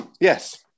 yes